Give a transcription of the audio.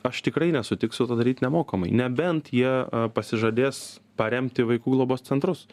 aš tikrai nesutiksiu to daryt nemokamai nebent jie pasižadės paremti vaikų globos centrus